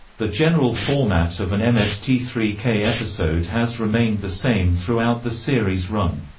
the general format of an m s t three k episode has remained the same throughout the series' run.